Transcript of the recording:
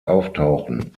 auftauchen